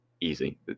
Easy